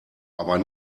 aber